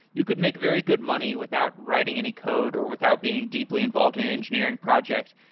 you could make very good money without writing any code or without being deeply involved in engineering projects.